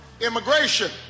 immigration